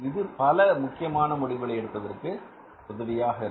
இது பல முக்கியமான முடிவுகளை எடுப்பதற்கு உதவியாக இருக்கும்